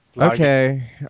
okay